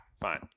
fine